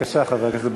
בבקשה, חבר הכנסת ברכה.